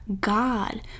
God